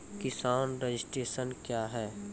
किसान रजिस्ट्रेशन क्या हैं?